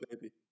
baby